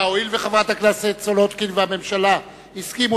הואיל וחברת הכנסת סולודקין והממשלה הסכימו